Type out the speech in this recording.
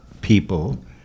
people